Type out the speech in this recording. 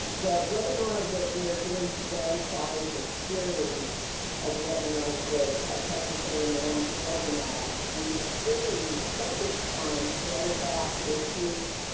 the webinar that we're doing today follows a series of webinars that texas a and m organized and this series focused on cares act issues.